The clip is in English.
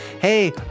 Hey